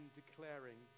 declaring